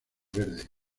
verde